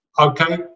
Okay